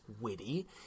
witty